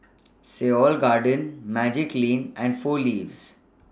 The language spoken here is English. Seoul Garden Magiclean and four Leaves